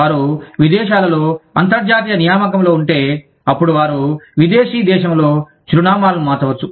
వారు విదేశాలలో అంతర్జాతీయ నియామకంలో ఉంటే అప్పుడు వారు విదేశీ దేశంలో చిరునామాలను మార్చవచ్చు